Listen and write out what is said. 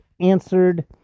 answered